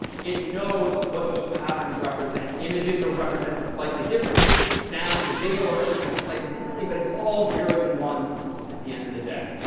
it knows what those patterns represent. images are represented slightly differently, sound and video are represented slightly differently, but it's all zeros and ones at the end of the day.